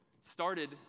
started